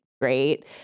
great